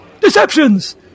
deceptions